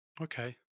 Okay